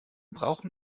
brauchen